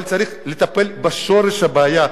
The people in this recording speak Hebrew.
אבל צריך לטפל בשורש הבעיה.